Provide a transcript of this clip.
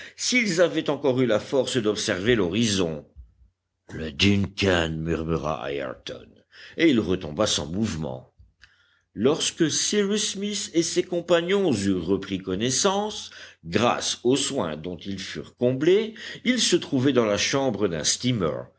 s'ils avaient encore eu la force d'observer l'horizon le duncan murmura ayrton et il retomba sans mouvement lorsque cyrus smith et ses compagnons eurent repris connaissance grâce aux soins dont ils furent comblés ils se trouvaient dans la chambre d'un steamer